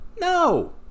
no